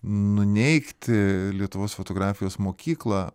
nuneigti lietuvos fotografijos mokyklą